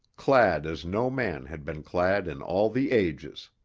clad as no man had been clad in all the ages.